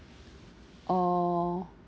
orh